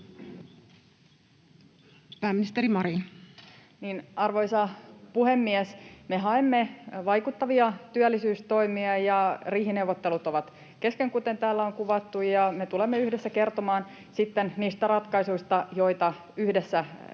Pääministeri Marin. Arvoisa puhemies! Me haemme vaikuttavia työllisyystoimia. Riihineuvottelut ovat kesken, kuten täällä on kuvattu, ja me tulemme sitten yhdessä kertomaan niistä ratkaisuista, joita yhdessä kykenemme